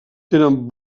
tenen